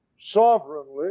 sovereignly